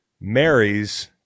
marries